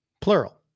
plural